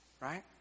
right